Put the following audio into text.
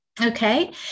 Okay